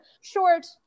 short